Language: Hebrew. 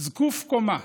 זקוף קומה